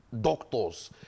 doctors